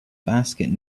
basket